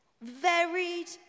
varied